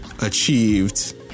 achieved—